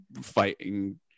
fighting